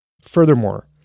Furthermore